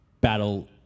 Battle